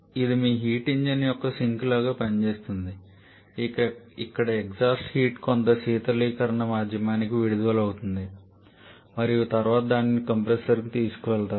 ఇది మీ heat engine యొక్క సింక్ లాగా పనిచేస్తుంది ఇక్కడ ఎగ్జాస్ట్ హీట్ కొంత శీతలీకరణ మాధ్యమానికి విడుదల అవుతుంది మరియు తరువాత దానిని కంప్రెసర్కు తీసుకువెళతారు